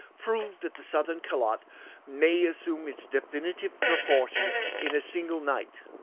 proved that the southern calotte may assume its definitive proportions in a single night.